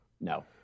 No